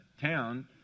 town